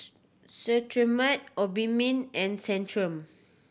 Cetrimide Obimin and Centrum